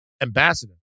ambassador